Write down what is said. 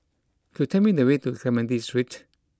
could tell me the way to Clementi Street